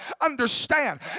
understand